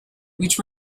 which